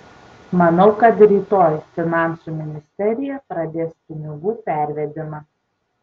manau kad rytoj finansų ministerija pradės pinigų pervedimą